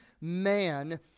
man